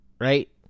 right